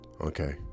okay